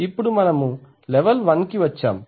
ఇప్పుడు మనము లెవెల్ 1 కి వచ్చాము